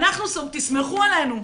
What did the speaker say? תסמכו עלינו,